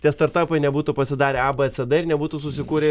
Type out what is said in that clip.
tie startapai nebūtų pasidarę a b c d ir nebūtų susikūrę